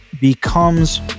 becomes